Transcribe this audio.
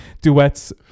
Duets